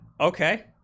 okay